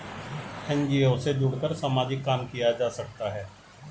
NGO से जुड़कर सामाजिक काम किया जा सकता है